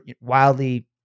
wildly